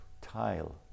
tile